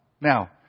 Now